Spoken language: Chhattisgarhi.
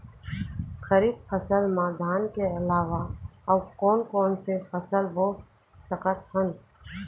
खरीफ फसल मा धान के अलावा अऊ कोन कोन से फसल बो सकत हन?